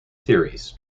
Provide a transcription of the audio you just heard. theories